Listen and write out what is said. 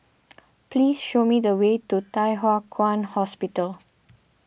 please show me the way to Thye Hua Kwan Hospital